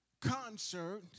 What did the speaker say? concert